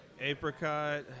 apricot